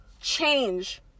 change